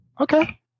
Okay